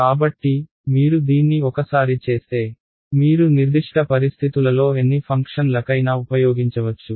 కాబట్టి మీరు దీన్ని ఒకసారి చేస్తే మీరు నిర్దిష్ట పరిస్థితులలో ఎన్ని ఫంక్షన్లకైనా ఉపయోగించవచ్చు